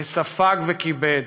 ספג וכיבד.